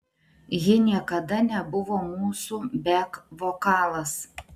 ji niekada nebuvo mūsų bek vokalas